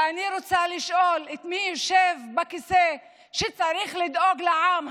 ואני רוצה לשאול: מי יושב בכיסא כשצריך לדאוג לעם?